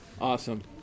Awesome